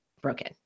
broken